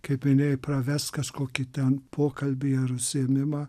kaip minėjai pravest kažkokį ten pokalbį ar užsiėmimą